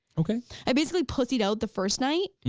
okay. i basically pussied out the first night,